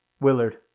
Willard